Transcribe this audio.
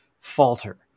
falter